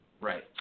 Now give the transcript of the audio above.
Right